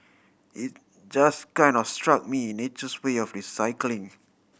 it just kind of struck me nature's way of recycling